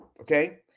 okay